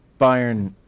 Bayern